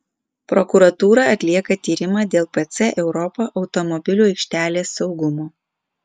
prokuratūra atlieka tyrimą dėl pc europa automobilių aikštelės saugumo